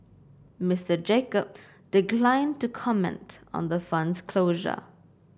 Mister Jacob declined to comment on the fund's closure